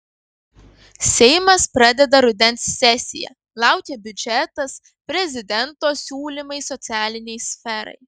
seimas pradeda rudens sesiją laukia biudžetas prezidento siūlymai socialinei sferai